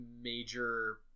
major